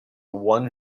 one